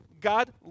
God